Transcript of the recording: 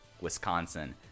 Wisconsin